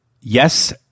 Yes